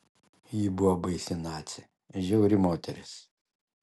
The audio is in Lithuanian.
ji buvo baisi nacė žiauri moteris